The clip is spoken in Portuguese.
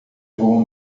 voam